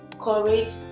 courage